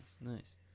nice